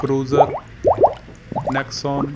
cruiser Nexon